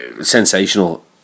sensational